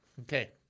Okay